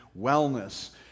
wellness